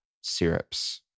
syrups